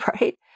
right